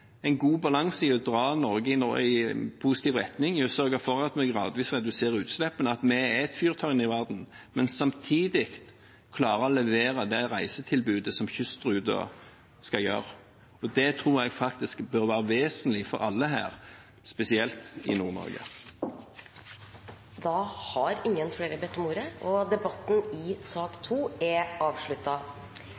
en god balanse når det gjelder å dra Norge i positiv retning ved å sørge for at vi gradvis reduserer utslippene, at vi er et miljøfyrtårn i verden, men samtidig klarer å levere det reisetilbudet som kystruten skal gjøre. Det tror jeg faktisk bør være vesentlig for alle her, spesielt for Nord-Norge. Flere har ikke bedt om ordet til sak nr. 2. Presidenten vil foreslå at sakene nr. 3 og